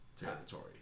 territory